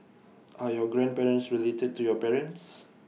are your grandparents related to your parents